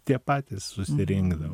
tie patys susirinkdavo